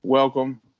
Welcome